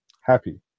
happy